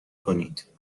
کنید